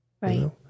right